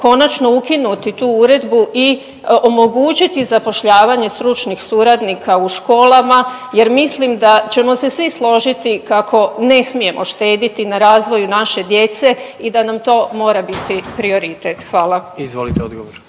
konačno ukinuti tu uredbu i omogućiti zapošljavanje stručnih suradnika u školama jer mislim da ćemo se svi složiti kako ne smijemo štediti na razvoju naše djece i da nam to mora biti prioritet. Hvala. **Jandroković,